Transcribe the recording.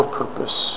purpose